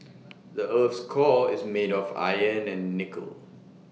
the Earth's core is made of iron and nickel